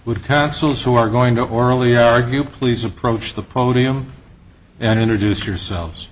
would cancels who are going to orally argue please approach the podium and introduce yourselves